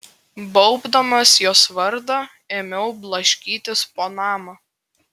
baubdamas jos vardą ėmiau blaškytis po namą